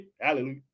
hallelujah